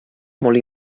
molt